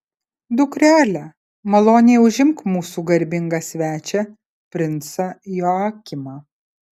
dukrele maloniai užimk mūsų garbingą svečią princą joakimą